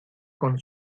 con